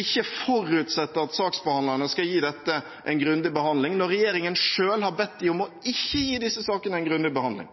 ikke forutsette at saksbehandlerne skal gi dette en grundig behandling når regjeringen selv har bedt dem om ikke å gi disse sakene en grundig behandling.